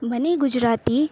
મને ગુજરાતી